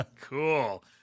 Cool